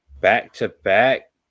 back-to-back